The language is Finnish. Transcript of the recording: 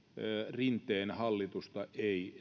rinteen hallitusta ei näy